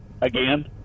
again